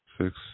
six